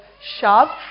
shove